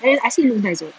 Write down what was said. then I said look nice [what]